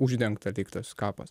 uždengta tik tas kapas